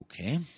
Okay